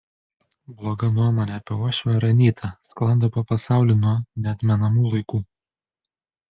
bloga nuomonė apie uošvę ar anytą sklando po pasaulį nuo neatmenamų laikų